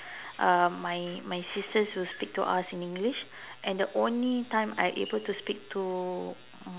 uh my my sisters would speak to us in English and the only time I'm able to speak to